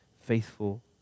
faithful